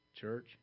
church